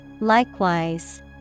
Likewise